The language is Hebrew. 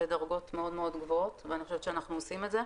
בדרגות מאוד מאוד גבוהות ואני חושבת שאנחנו עושים את זה.